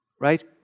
right